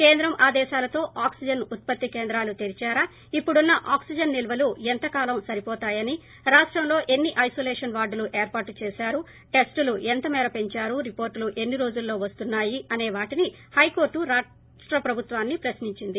కేంద్రం ఆదేశాలతో ఆక్సిజన్ ఉత్సత్తి కేంద్రాలు తెరిచారా ఇప్పుడున్న ఆక్సిజన్ నిల్వలు ఎంత కాలం సరిపోతాయని రాష్టంలో ఎన్పి ఐనోలేషన్ వార్డులు ఏర్పాటు చేశారు టెస్టులు ఎంత మేర పెంచారు రిపోర్టులు ఎన్సి రోజుల్లో వెస్తున్నాయి అనే వాటిని హైకోర్టు రాష్ట ప్రభుత్వాన్ని ప్రశ్నించింది